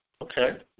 okay